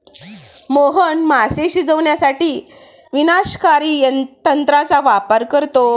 मोहन मासे शिजवण्यासाठी विनाशकारी तंत्राचा वापर करतो